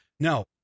No